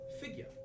figure